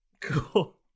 Cool